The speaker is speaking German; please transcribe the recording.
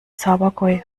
zabergäu